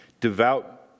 Devout